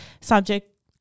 subject